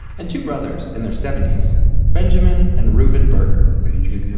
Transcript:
and two brothers, in their seventies benjamin and reuven berger. benjamin,